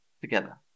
together